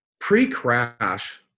Pre-crash